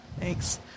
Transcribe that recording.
Thanks